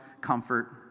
comfort